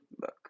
look